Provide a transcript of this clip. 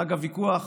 אגב, ויכוח